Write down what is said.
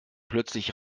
plötzlich